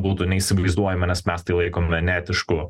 būtų neįsivaizduojama nes mes tai laikom neetišku